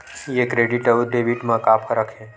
ये क्रेडिट आऊ डेबिट मा का फरक है?